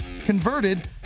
converted